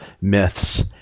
myths